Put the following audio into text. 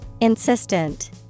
Insistent